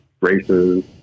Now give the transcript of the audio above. races